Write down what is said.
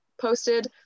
posted